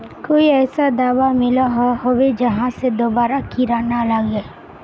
कोई ऐसा दाबा मिलोहो होबे जहा से दोबारा कीड़ा ना लागे?